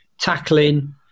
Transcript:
tackling